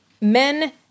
men